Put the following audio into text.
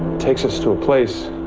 takes us to a place